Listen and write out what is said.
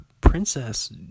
princess